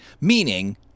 Meaning